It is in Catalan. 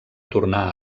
tornar